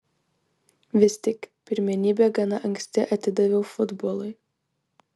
vis tik pirmenybę gana anksti atidaviau futbolui